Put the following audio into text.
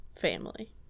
family